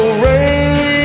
rain